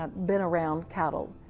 um been around cattle.